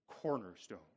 cornerstone